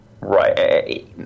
Right